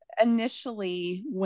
initially